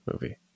movie